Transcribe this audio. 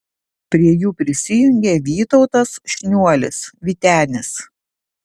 prie jų prisijungė vytautas šniuolis vytenis